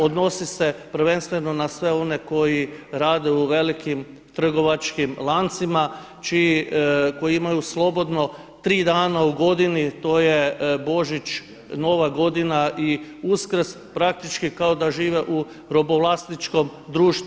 Odnosi se prvenstveno na sve one koji rade u velikim trgovačkim lancima, koji imaju slobodno tri dana u godini to je Božić, nova godina i Uskrs, praktički kao da žive u robovlasničkom društvu.